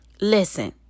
Listen